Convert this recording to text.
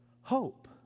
hope